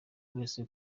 wese